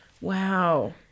Wow